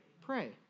Pray